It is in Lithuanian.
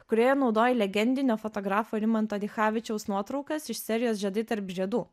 kurioje naudojai legendinio fotografo rimanto dichavičiaus nuotraukas iš serijos žiedai tarp žiedų